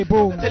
Boom